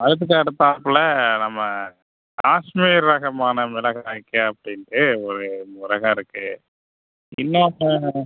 அதுக்கு அடுத்தாப்ல நம்ம காஷ்மீர் ரகமான மிளகாய்ங்க அப்படின்ட்டு ஒரு ரகம் இருக்கு இன்னொன்று